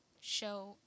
show